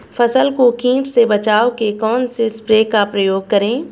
फसल को कीट से बचाव के कौनसे स्प्रे का प्रयोग करें?